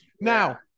Now